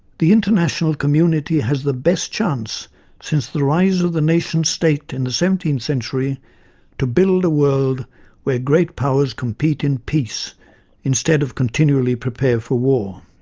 the international community has the best chance since the rise of the nation-state in the seventeenth century to build a world where great powers compete in peace instead of continually prepare for war.